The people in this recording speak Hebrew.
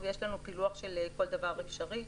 יש לנו פילוח של כל דבר אפשרי.